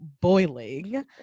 boiling